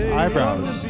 eyebrows